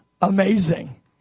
amazing